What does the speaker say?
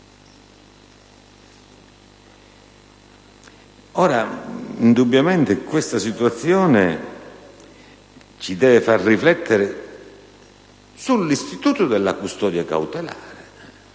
Indubbiamente questa situazione ci deve far riflettere sull'istituto della custodia cautelare